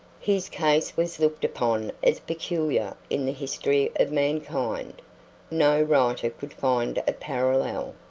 his case was looked upon as peculiar in the history of mankind no writer could find a parallel,